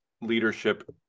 leadership